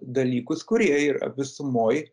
dalykus kurie yra visumoj